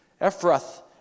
Ephrath